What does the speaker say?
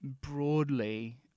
broadly